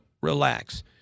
relax